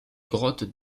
grottes